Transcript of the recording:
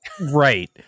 right